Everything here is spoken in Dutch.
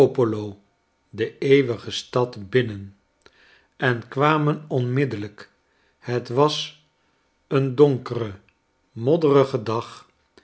de eeuwige stad binnen en kwamen onmiddellijk het was een donkere modderige dag